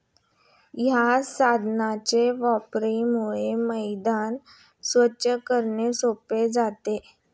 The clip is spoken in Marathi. या साधनाच्या वापरामुळे मैदान स्वच्छ करणे सोपे जाते